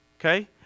Okay